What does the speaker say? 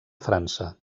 frança